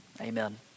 Amen